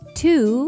two